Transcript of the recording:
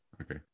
okay